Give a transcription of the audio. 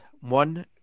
one